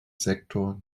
sektor